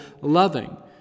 loving